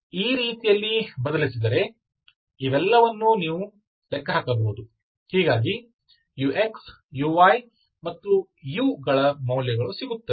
ಆದ್ದರಿಂದ ಈ ರೀತಿಯಲ್ಲಿ ಬದಲಿಸಿದರೆ ಇವೆಲ್ಲವನ್ನೂ ಸಹ ನೀವು ಲೆಕ್ಕ ಹಾಕಬಹುದು ಹೀಗಾಗಿ ux uy ಮತ್ತು u ಗಳ ಮೌಲ್ಯಗಳು ಸಿಗುತ್ತವೆ